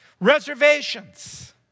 reservations